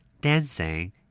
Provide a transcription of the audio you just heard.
dancing